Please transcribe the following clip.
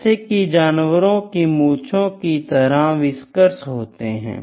जैसे कि जानवरों की मुछूओ की तरह व्हिस्केर होते है